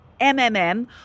MMM